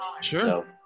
Sure